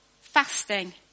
Fasting